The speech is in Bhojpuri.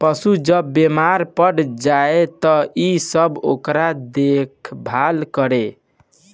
पशु जब बेमार पड़ जाए त इ सब ओकर देखभाल करेल